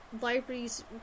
libraries